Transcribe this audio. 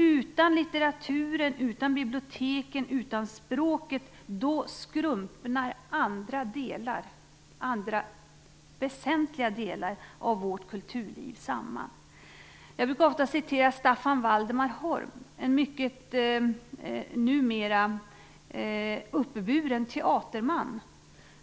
Utan litteraturen, biblioteken och språket skrumpnar andra väsentliga delar av vårt kulturliv samman. Jag brukar ofta citera Staffan Valdemar Holm, en numera mycket uppburen teaterman,